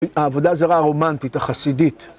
העבודה זה רע רומנטית, החסידית.